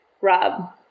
rob